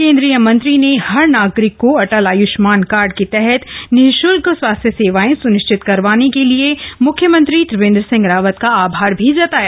केन्द्रीय मंत्री ने हर नागरिक को अटल आयुष्मान कार्ड के तहत निःशुल्क स्वास्थ्य सेवायें सुनिश्चित करवाने के लिए मुख्यमंत्री त्रिवेन्द्र सिंह रावत का आभार भी जताया